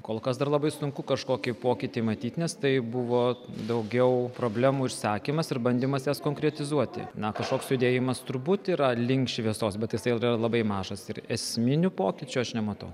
kol kas dar labai sunku kažkokį pokytį matyt nes tai buvo daugiau problemų išsakymas ir bandymas jas konkretizuoti na kažkoks judėjimas turbūt yra link šviesos bet jisai yra labai mažas ir esminių pokyčių aš nematau